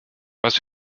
was